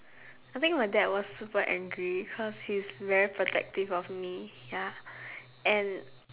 I think my dad was super angry cause he's very protective of me ya and